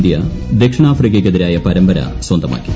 India ദക്ഷിണാഫ്രിക്കക്ക് എതിരായ പരമ്പര സ്വന്തമാക്കി